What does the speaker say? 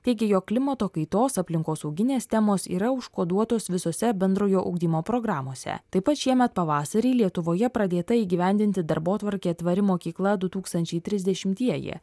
teigia jog klimato kaitos aplinkosauginės temos yra užkoduotos visose bendrojo ugdymo programose taip pat šiemet pavasarį lietuvoje pradėta įgyvendinti darbotvarkė tvari mokykla du tūkstančiai trisdešimtieji